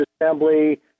assembly